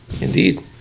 Indeed